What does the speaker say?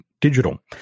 digital